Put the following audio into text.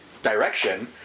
Direction